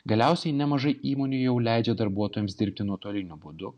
galiausiai nemažai įmonių jau leidžia darbuotojams dirbti nuotoliniu būdu